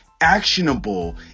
actionable